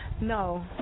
No